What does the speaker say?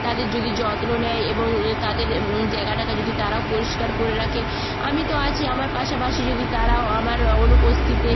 তাদের যদি যত্ন নেয় এবং তাদের জায়গাটাকে যদি তারাও পরিষ্কার করে রাখে আমি তো আছি আমার পাশাপাশি যদি তারাও আমার অনুপস্তিতে